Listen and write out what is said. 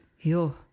Yo